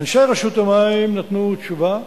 אנשי רשות המים נתנו תשובה,